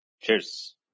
Cheers